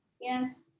Yes